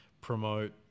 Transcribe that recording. promote